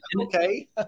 Okay